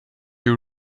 you